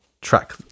track